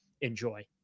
enjoy